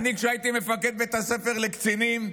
כשהייתי מפקד בית הספר לקצינים,